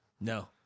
No